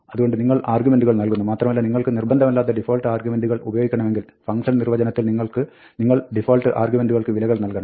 അതുകൊണ്ട് നിങ്ങൾ ആർഗ്യുമെന്റുകൾ നൽകുന്നു മത്രമല്ല നിങ്ങൾക്ക് നിർബന്ധമല്ലാത്ത ഡിഫാൾട്ട് ആർഗ്യുമെന്റ് ഉപയോഗിക്കണമെങ്കിൽ ഫംഗ്ഷൻ നിർവ്വചനത്തിൽ നിങ്ങൾ ഡിഫാൾട്ട് ആർഗ്യുമെന്റുകൾക്ക് വിലകൾ നൽകണം